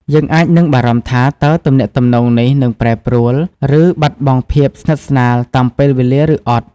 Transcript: យើងអាចនឹងបារម្ភថា តើទំនាក់ទំនងនេះនឹងប្រែប្រួល ឬបាត់បង់ភាពស្និទ្ធស្នាលតាមពេលវេលាឬអត់។